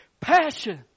passion